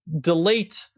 delete